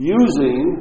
using